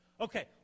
Okay